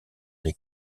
les